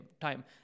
time